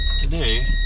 today